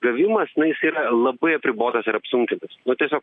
gavimas na jisai yra labai apribotas ir apsunkintas nu tiesiog